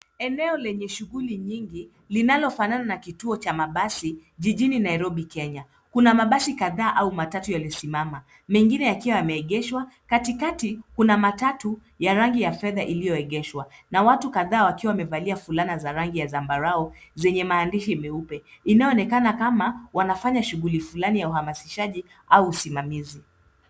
Eneo lenye shughuli nyingi linalo fanana na kituo cha mabasi jijini Nairobi, Kenya. Kuna mabasi makubwa au matatu yakiwa yamesimama. Mengine yameegeshwa upande wa upande. Kati-kati kuna matatu ya rangi ya feta iliyoegeshwa. Watu pia wanaonekana wakiwa wamevalia fulana za rangi ya zambarau zenye maandiko meupe. Eneo linaonekana kama wanafanya shughuli fulani za usafiri